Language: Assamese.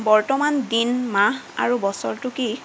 বৰ্তমান দিন মাহ আৰু বছৰটো কি